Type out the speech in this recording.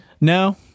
no